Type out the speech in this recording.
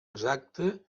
exacta